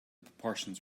proportions